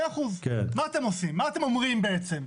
מה אתם אומרים, בעצם?